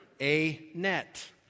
A-net